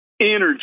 energy